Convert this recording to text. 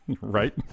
Right